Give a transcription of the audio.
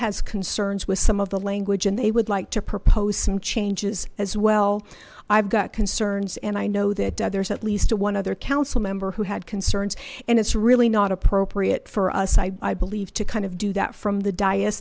has concerns with some of the language and they would like to propose some changes as well i've got concerns and i know that there's at least a one other council member who had concerns and it's really not appropriate for us i believe to kind of do that from the diet